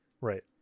right